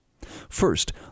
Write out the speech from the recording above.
First